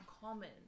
common